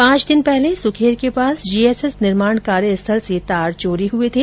पांच दिन पहले सुखेर के पास जीएसएस निर्माण कार्य स्थल से तार चोरी हुए थे